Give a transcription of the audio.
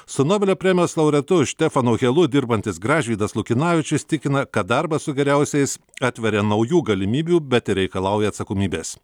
su nobelio premijos laureatu štefanu helu dirbantis gražvydas lukinavičius tikina kad darbas su geriausiais atveria naujų galimybių bet ir reikalauja atsakomybės